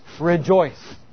rejoice